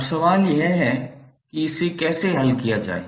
अब सवाल यह है कि इसे कैसे हल किया जाए